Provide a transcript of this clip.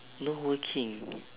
not working